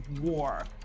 war